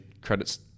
credit's